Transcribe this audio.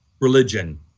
religion